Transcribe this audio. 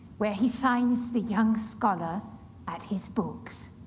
where he finds the young scholar at his books.